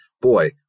boy